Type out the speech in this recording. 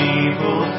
evil